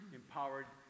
empowered